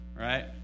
right